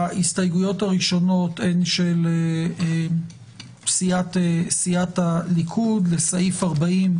ההסתייגויות הראשונות הן של סיעת הליכוד לסעיף 40,